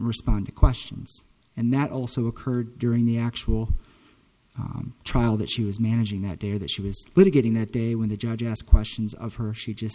respond to questions and that also occurred during the actual trial that she was managing that there that she was litigating that day when the judge asked questions of her she just